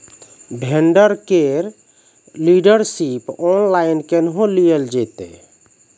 Vendor केर dealership online केहनो लियल जेतै?